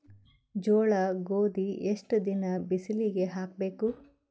ಜೋಳ ಗೋಧಿ ಎಷ್ಟ ದಿನ ಬಿಸಿಲಿಗೆ ಹಾಕ್ಬೇಕು?